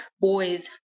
boys